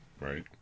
right